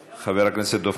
חבר הכנסת אמיר אוחנה, מוותר.